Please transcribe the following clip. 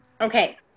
okay